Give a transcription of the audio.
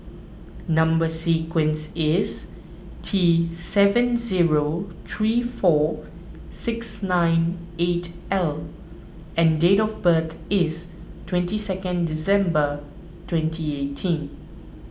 Number Sequence is T seven zero three four six nine eight L and date of birth is twenty second December twenty eighteen